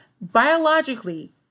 biologically